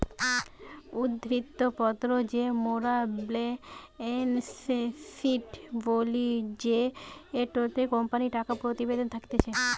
উদ্ধৃত্ত পত্র কে মোরা বেলেন্স শিট বলি জেটোতে কোম্পানির টাকা প্রতিবেদন থাকতিছে